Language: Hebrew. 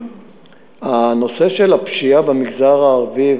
הנושא של הפשיעה במגזר הערבי,